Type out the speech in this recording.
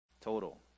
Total